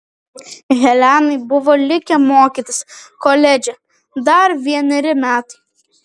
helenai buvo likę mokytis koledže dar vieneri metai